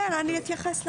כן, אני אתייחס.